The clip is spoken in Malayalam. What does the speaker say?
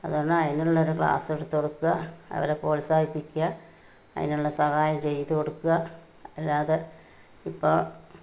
അത് കാരണം അതിനുള്ളൊരു ക്ലാസ്സ് എടുത്ത് കൊടുക്കുക അവരെ പ്രോത്സാഹിപ്പിക്കുക അതിനുള്ള സഹായം ചെയ്തു കൊടുക്കുക അല്ലാതെ ഇപ്പോൾ